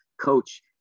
coach